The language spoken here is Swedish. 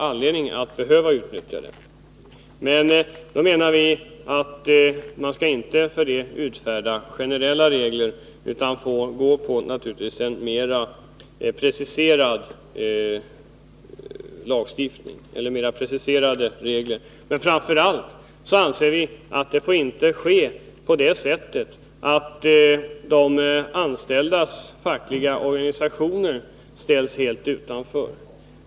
Vi menar emellertid att man inte av den anledningen skall utfärda generella regler, utan man måste gå på mer preciserade regler. Framför allt anser vi att de anställdas fackliga organisationer inte får ställas helt utanför.